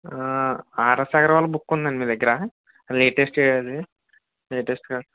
RS Agarwal book ఉందా అండి మీ దగ్గర లేటెస్ట్ది లేటెస్ట్గా